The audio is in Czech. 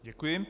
Děkuji.